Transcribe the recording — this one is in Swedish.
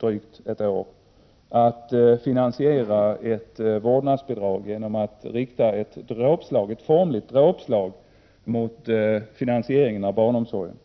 drygt ett år, att finansiera ett vårdnadsbidrag genom att rikta ett formligt dråpslag mot finansieringen av barnomsorgen.